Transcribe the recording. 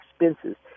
expenses